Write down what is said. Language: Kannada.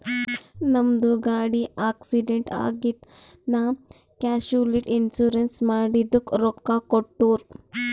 ನಮ್ದು ಗಾಡಿ ಆಕ್ಸಿಡೆಂಟ್ ಆಗಿತ್ ನಾ ಕ್ಯಾಶುಲಿಟಿ ಇನ್ಸೂರೆನ್ಸ್ ಮಾಡಿದುಕ್ ರೊಕ್ಕಾ ಕೊಟ್ಟೂರ್